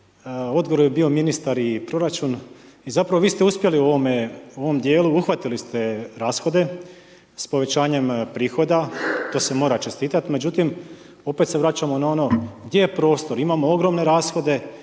Odgovor je bio ministar i proračun. I zapravo vi ste uspjeli u ovom dijelu, uhvatili ste rashode, s povećanjem prihoda, to se mora čestitati, međutim, opet se vraćamo na ono gdje je prostor, imamo ogromne rashode,